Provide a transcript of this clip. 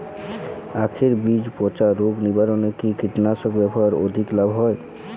আঁখের বীজ পচা রোগ নিবারণে কি কীটনাশক ব্যবহারে অধিক লাভ হয়?